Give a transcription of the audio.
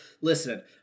listen